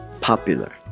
Popular